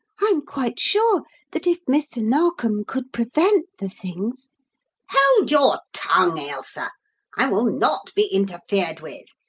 i am quite sure that if mr. narkom could prevent the things hold your tongue, ailsa i will not be interfered with!